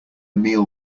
meal